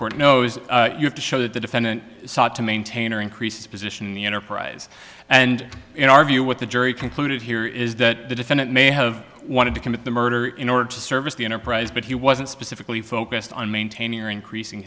knows you have to show that the defendant sought to maintain or increase position in the enterprise and in our view what the jury concluded here is that the defendant may have wanted to commit the murder in order to service the enterprise but he wasn't specifically focused on maintaining or increasing